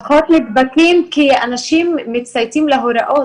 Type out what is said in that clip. פחות נדבקים כי אנשים מצייתים להוראות,